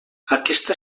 aquesta